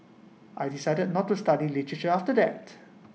I decided not to study literature after that